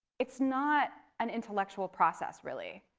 it's not an intellectual process really.